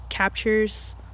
captures